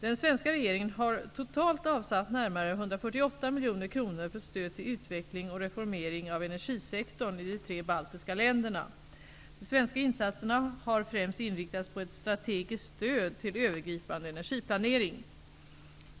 Den svenska regeringen har totalt avsatt närmare 148 miljoner kronor för stöd till utveckling och reformering av energisektorn i de tre baltiska länderna. De svenska insatserna har främst inriktats på ett strategiskt stöd till övergripande energiplanering.